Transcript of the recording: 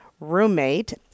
roommate